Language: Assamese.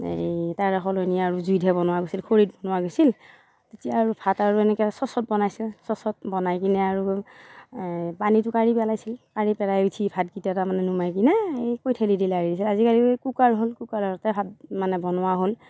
এই তাৰে সলনি আৰু জুইতহে বনোৱা গৈছিল খৰিত বনোৱা গৈছিল তেতিয়া আৰু ভাত আৰু এনেকে চ'চত বনাইছে চ'চত বনাই কিনে আৰু পানীটো কাঢ়ি পেলাইছিল কাঢ়ি পেলাই উঠি ভাতকিটা তাৰমানে নমাই কিনে এই কৈথেলি দি লাৰি দিছিল আজিকালি কুকাৰ হ'ল কুকাৰতে ভাত মানে বনোৱা হ'ল